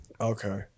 Okay